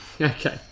Okay